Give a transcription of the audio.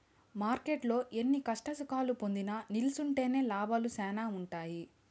మార్కెట్టులో ఎన్ని కష్టసుఖాలు పొందినా నిల్సుంటేనే లాభాలు శానా ఉంటాయి